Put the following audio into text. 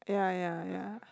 ya ya ya